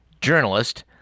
journalist